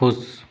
खुश